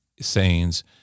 sayings